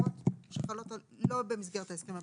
לחובות שחלות לא במסגרת ההסכם הבילטרלי.